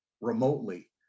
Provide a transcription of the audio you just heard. remotely